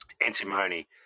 Antimony